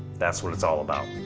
that's what its all about.